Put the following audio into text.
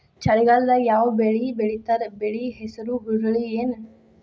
ಚಳಿಗಾಲದಾಗ್ ಯಾವ್ ಬೆಳಿ ಬೆಳಿತಾರ, ಬೆಳಿ ಹೆಸರು ಹುರುಳಿ ಏನ್?